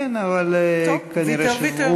כן, אבל, טוב, ויתר, ויתר.